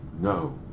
no